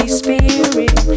spirit